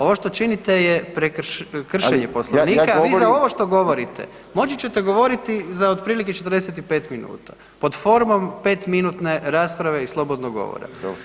Ovo što činite je kršenje Poslovnika, a vi za ovo što govorite moći ćete govoriti za otprilike 45 minuta, pod formom petminutne rasprave i slobodnog govora.